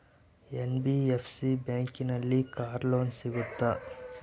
NBFC ಬ್ಯಾಂಕಿನಲ್ಲಿ car loan ಸಿಗುತ್ತಾ?